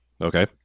Okay